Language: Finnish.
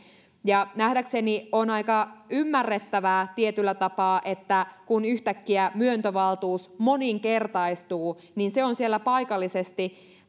nähdäkseni on aika ymmärrettävää tietyllä tapaa että kun yhtäkkiä myöntövaltuus moninkertaistuu niin se on siellä paikallisesti